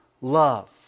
love